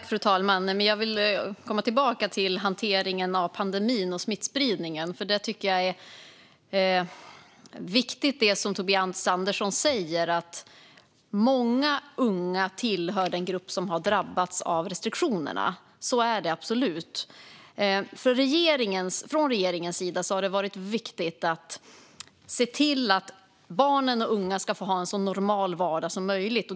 Fru talman! Jag vill komma tillbaka till hanteringen av pandemin och smittspridningen, för jag tycker att det som Tobias Andersson säger är viktigt: Många unga tillhör den grupp som har drabbats av restriktionerna. Så är det absolut. Från regeringens sida har det varit viktigt att se till att barn och unga ska få ha en så normal vardag som möjligt.